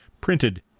printed